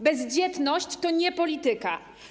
Bezdzietność to nie polityka.